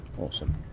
Awesome